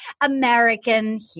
American